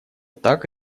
так